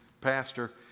pastor